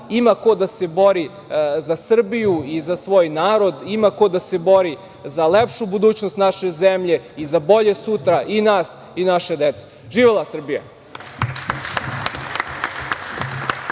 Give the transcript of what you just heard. ima ko da se bori za Srbiju i za svoj narod, ima ko da se bori za lepšu budućnost naše zemlje i za bolje sutra i nas i naše dece. Živela Srbija.